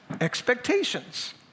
expectations